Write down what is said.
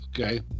Okay